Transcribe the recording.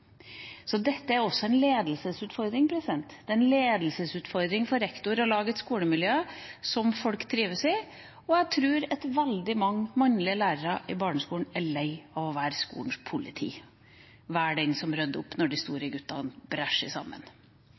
Så dette er også en ledelsesutfordring. Det er en ledelsesutfordring for rektor å lage et skolemiljø som folk trives i, og jeg tror at veldig mange mannlige lærere i barneskolen er lei av å være skolens politi, den som rydder opp når de store guttene braker sammen. Jeg syns man i